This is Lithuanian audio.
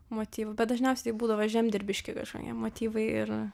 motyvų bet dažniausiai tai būdavo žemdirbiški kažkokie motyvai ir